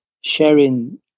sharing